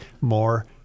more